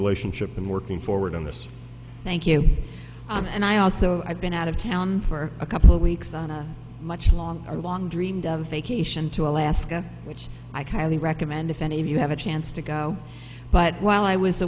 relationship and working forward on this to thank you and i also i've been out of town for a couple weeks on a much longer long dreamed of a vacation to alaska which i kindly recommend if any of you have a chance to go but while i was